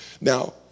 now